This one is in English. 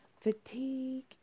fatigue